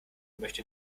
möchte